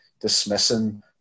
dismissing